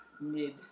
mid